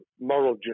moral